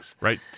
right